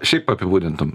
šiaip apibūdintum